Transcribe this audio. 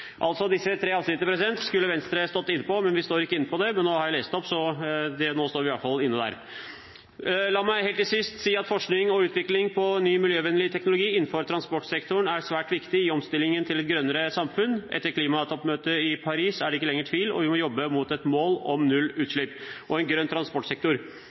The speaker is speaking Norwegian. Disse tre avsnittene skulle Venstre stått inne på, men vi står ikke inne på dem. Nå har jeg i hvert fall lest dem opp, så nå står vi i hvert fall inne der. La meg helt til sist si at forskning på og utvikling av ny miljøvennlig teknologi innenfor transportsektoren er svært viktig i omstillingen til et grønnere samfunn. Etter klimatoppmøtet i Paris er det ikke lenger tvil, og vi må jobbe mot et mål om null